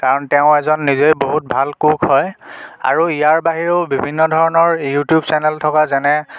কাৰণ তেওঁ এজন নিজেই বহুত ভাল কুক হয় আৰু ইয়াৰ বাহিৰেও বিভিন্ন ধৰণৰ ইউটিউব চেনেল থকা যেনে